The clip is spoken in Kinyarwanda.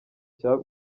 cya